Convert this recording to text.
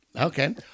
Okay